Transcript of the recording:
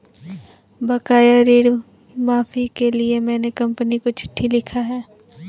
बकाया ऋण माफी के लिए मैने कंपनी को चिट्ठी लिखा है